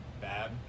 bad